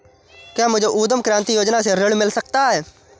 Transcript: क्या मुझे उद्यम क्रांति योजना से ऋण मिल सकता है?